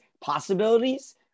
possibilities